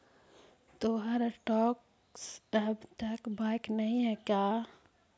तोहार स्टॉक्स अब तक बाइक नही हैं का